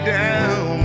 down